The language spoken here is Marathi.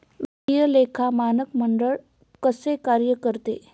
वित्तीय लेखा मानक मंडळ कसे कार्य करते?